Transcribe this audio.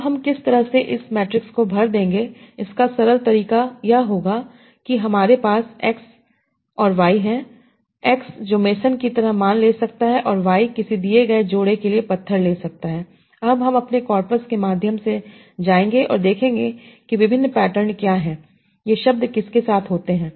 अब हम किस तरह से इस मैट्रिक्स को भर देंगे इसका सरल तरीका यह होगा कि हमारे पास X और Y है X जो मेसन की तरह मान ले सकता है और Y किसी दिए गए जोड़े के लिए पत्थर ले सकता है अब हम अपने कॉपर्स के माध्यम से जाएंगे और देखेंगे कि विभिन्न पैटर्न क्या हैं ये शब्द किसके साथ होते हैं